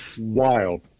Wild